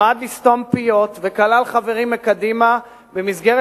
נועד לסתום פיות, וכלל חברים מקדימה במסגרת